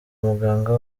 muganga